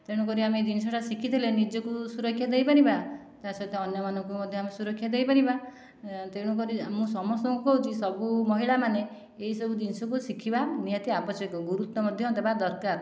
ତେଣୁକରି ଆମେ ଜିନିଷଟା ଶିଖିଥିଲେ ନିଜକୁ ସୁରକ୍ଷା ଦେଇପାରିବା ତା ସହିତ ଅନ୍ୟମାନଙ୍କୁ ମଧ୍ୟ ଆମେ ସୁରକ୍ଷା ଦେଇପାରିବା ତେଣୁକରି ମୁଁ ସମସ୍ତଙ୍କୁ କହୁଛି ସବୁ ମହିଳାମାନେ ଏହି ସବୁ ଜିନିଷକୁ ଶିଖିବା ନିହାତି ଆବଶ୍ୟକ ଗୁରୁତ୍ୱ ମଧ୍ୟ ଦେବା ଦରକାର